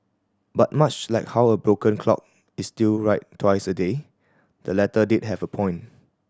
but much like how a broken clock is still right twice a day the letter did have a point